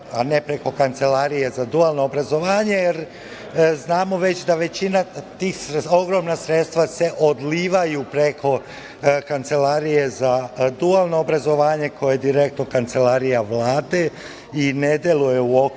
a ne preko Kancelarije za dualno obrazovanje, jer znamo da se ta ogromna sredstva odlivaju preko Kancelarije za dualno obrazovanje koja je direktno kancelarija Vlade i ne deluje u okviru